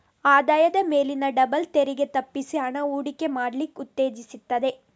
ಆದಾಯದ ಮೇಲಿನ ಡಬಲ್ ತೆರಿಗೆ ತಪ್ಪಿಸಿ ಹಣ ಹೂಡಿಕೆ ಮಾಡ್ಲಿಕ್ಕೆ ಉತ್ತೇಜಿಸ್ತದೆ